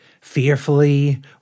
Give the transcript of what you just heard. fearfully